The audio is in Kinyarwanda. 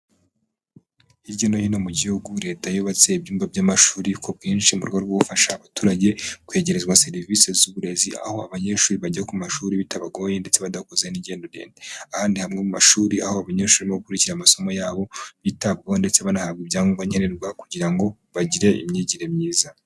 Hirya no hino mu gihugu leta yubatse ibyumba by'amashuri ku bwinshi, mu rwego rwo gufasha abaturage kwegerezwa serivise z'uburezi, aho abanyeshuri bajya ku mashuri bitabagoye ndetse badakoze n'ingendo ndende, aha ni hamwe mu mashuri aho abanyeshuri barimo gukurikira amasomo yabo, bitabwaho ndetse banahabwa ibyangombwa nkenerwa, kugira ngo bagire imyigire myiza